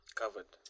covered